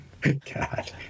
God